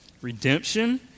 redemption